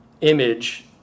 image